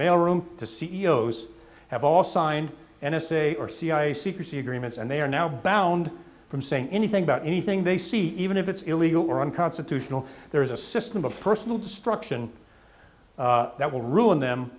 mail room to c e o s have all signed an essay or cia secrecy agreements and they are now bound from saying anything about anything they see even if it's illegal or unconstitutional there is a system of personal destruction that will ruin them